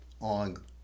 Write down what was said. on